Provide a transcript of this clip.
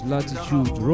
Latitude